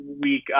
Week